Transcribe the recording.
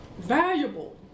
valuable